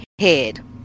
head